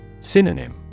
Synonym